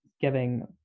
giving